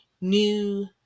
new